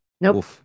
Nope